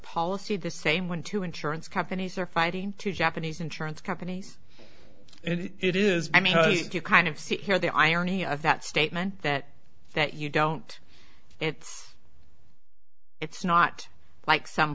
policy the same when two insurance companies are fighting two japanese insurance companies it is i mean i think you kind of see here the irony of that statement that that you don't it's it's not like some